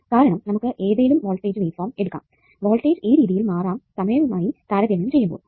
കാരണം നമുക്ക് ഏതേലും വോൾട്ടേജ് വേവ്ഫോം എടുക്കാം വോൾടേജ് ഈ രീതിയിൽ മാറാം സമയവുമായി താരതമ്യം ചെയ്യുമ്പോൾ